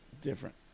different